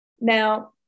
Now